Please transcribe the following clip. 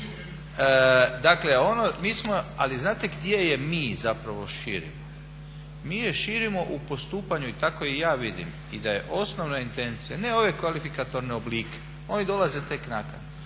nikog. Ali znate gdje je mi zapravo širimo, mi je širimo u postupanju i tako je ja vidim i da je osnovna intencija ne ove kvalifikatorne oblike, oni dolaze tek naknadno,